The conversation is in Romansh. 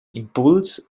impuls